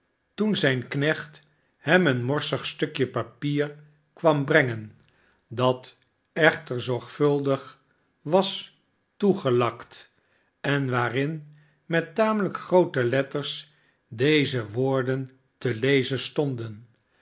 toen zijn knecht hem een morsig stukje papier kwam brengen dat echter zorgvuldig was toegelakt en waarin met tamelijk groote letters deze woorden te lezen stonden